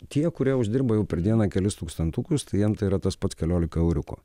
tie kurie uždirba jau per dieną kelis tūkstantukus tai jiem tai yra tas pats keliolika euriukų